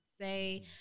Say